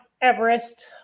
Everest